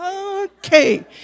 Okay